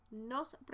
nos